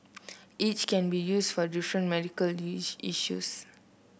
each can be used for different medical issues